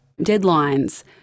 deadlines